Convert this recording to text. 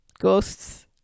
ghosts